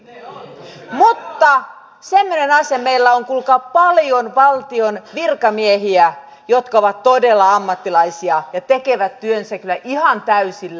mutta on semmoinen asia että meillä on kuulkaa paljon valtion virkamiehiä jotka ovat todella ammattilaisia ja tekevät työnsä kyllä ihan täysillä